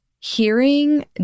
hearing